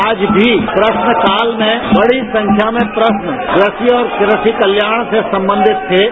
आज भी प्रश्नकाल में बड़ी संख्या में प्रश्न रखे हैं और कृषि कल्याण से संबंधित थे